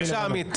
בבקשה, עמית.